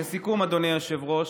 לסיכום, אדוני היושב-ראש,